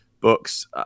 books